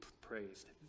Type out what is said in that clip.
praised